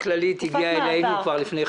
אני חושב שאפילו לפני הבחירות,